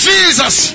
Jesus